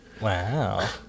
wow